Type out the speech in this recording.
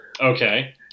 Okay